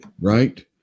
right